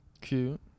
Cute